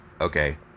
okay